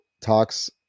talks